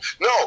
No